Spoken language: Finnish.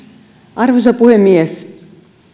arvoisa puhemies